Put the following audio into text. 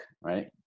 right